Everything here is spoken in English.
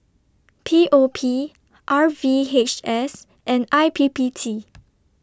P O P R V H S and I P P T